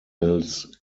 hills